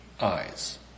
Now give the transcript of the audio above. eyes